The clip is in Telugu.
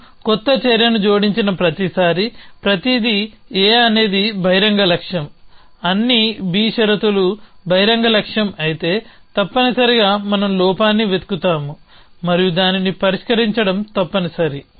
మనం కొత్త చర్యను జోడించిన ప్రతిసారీ ప్రతిదీ A అనేది బహిరంగ లక్ష్యం అన్నీ B షరతులు బహిరంగ లక్ష్యం అయితే తప్పనిసరిగా మనం లోపాన్ని వెతుకుతాము మరియు దానిని పరిష్కరించడం తప్పనిసరి